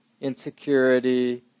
insecurity